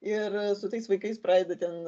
ir su tais vaikais pradeda ten